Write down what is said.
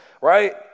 right